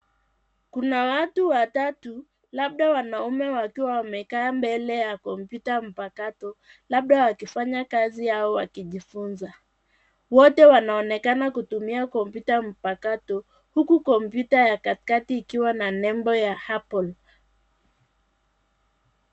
Kuna watu watatu, labda wanaume wakiwa wamekaa mbele ya kompyuta mpakato, labda wakifanya kazi, au wakijifunza. Wote wanaonekana kutumia kompyuta mpakato, huku kompyuta ya katikati ikiwa na nebo ya Apple.